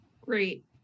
Great